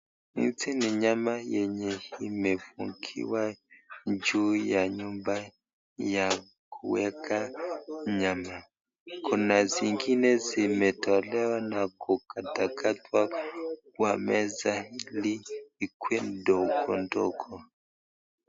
Hizi ni nyama yenye imefungiwa juu ya nyumba ya kuweka nyama, kuna zingine zimetolewa na kukatwakatwa kwa meza ndio ikue ndogondogo.